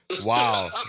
Wow